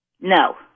no